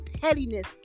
pettiness